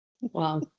Wow